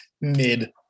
mid